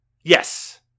Yes